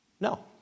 No